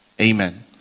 Amen